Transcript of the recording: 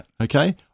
Okay